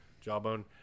jawbone